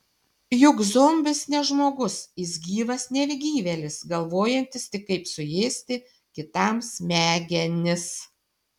juk zombis ne žmogus jis gyvas negyvėlis galvojantis tik kaip suėsti kitam smegenis